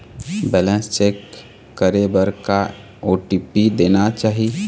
Balance check करे बर का ओ.टी.पी देना चाही?